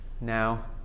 Now